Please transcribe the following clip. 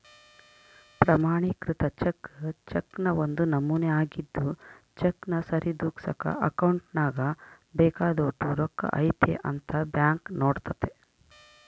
ಪ್ರಮಾಣಿಕೃತ ಚೆಕ್ ಚೆಕ್ನ ಒಂದು ನಮೂನೆ ಆಗಿದ್ದು ಚೆಕ್ನ ಸರಿದೂಗ್ಸಕ ಅಕೌಂಟ್ನಾಗ ಬೇಕಾದೋಟು ರೊಕ್ಕ ಐತೆ ಅಂತ ಬ್ಯಾಂಕ್ ನೋಡ್ತತೆ